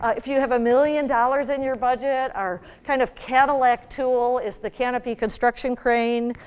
ah if you have a million dollars in your budget, our kind of cadillac tool is the canopy construction crane.